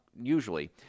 usually